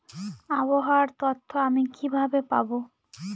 আবহাওয়ার তথ্য আমি কিভাবে পাবো?